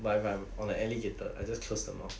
but if I'm I'm the alligator I just close the mouth